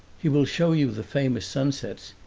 he will show you the famous sunsets,